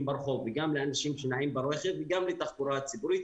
ברחוב וגם באנשים שנעים ברכב וגם לתחבורה ציבורית.